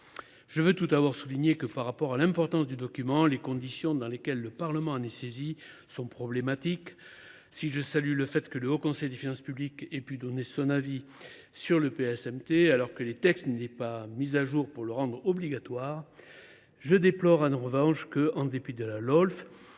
Je veux tout d’abord souligner que, compte tenu de l’importance du document, les conditions dans lesquelles le Parlement en est saisi sont problématiques. Si je salue le fait que le Haut Conseil des finances publiques a pu donner son avis sur le PSMT, alors que les textes n’étaient pas mis à jour pour le rendre obligatoire, je déplore en revanche que, en dépit de la loi